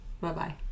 Bye-bye